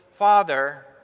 Father